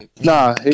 Nah